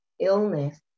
illness